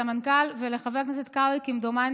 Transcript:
לשאלת חבר הכנסת אחמד טיבי,